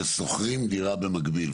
ששוכרים דירה במקביל,